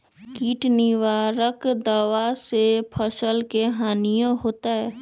किट निवारक दावा से फसल के हानियों होतै?